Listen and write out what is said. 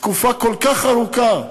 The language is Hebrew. תקופה כל כך ארוכה.